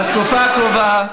בתקופה הקרובה,